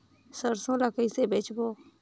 सरसो ला कइसे बेचबो?